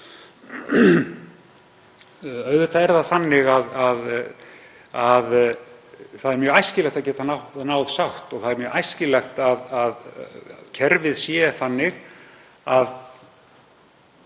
Auðvitað er mjög æskilegt að geta náð sátt og það er mjög æskilegt að kerfið sé þannig að